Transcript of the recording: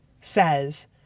says